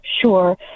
Sure